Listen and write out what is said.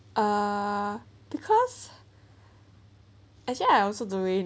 uh because actually I also doing